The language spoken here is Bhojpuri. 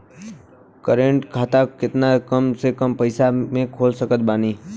करेंट खाता केतना कम से कम पईसा से खोल सकत बानी?